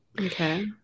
Okay